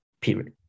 period